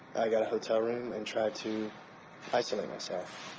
i got a hotel room and tried to isolate myself.